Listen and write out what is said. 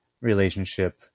relationship